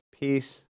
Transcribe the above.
Peace